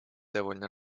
довольно